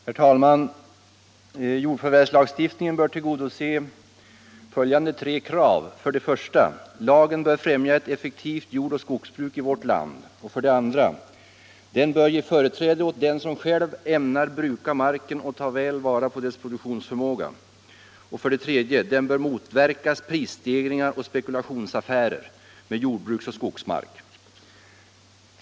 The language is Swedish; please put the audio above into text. Herr talman! Jordförvärvslagstiftningen bör tillgodose följande tre krav. 1. Lagen bör främja ett effektivt jordoch skogsbruk i vårt land. 2. Den bör ge företräde åt den som själv ämnar bruka marken och tar väl vara på dess produktionsförmåga. 3. Den bör motverka prisstegringar och spekulationsaffärer med jordbruksoch skogsmark.